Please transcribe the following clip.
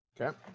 Okay